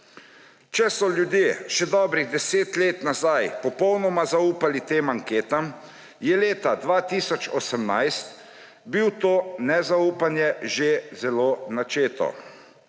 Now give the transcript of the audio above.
Če so ljudje še dobrih 10 let nazaj popolnoma zaupali tem anketam, je bilo leta 2018 to nezaupanje že zelo načeto.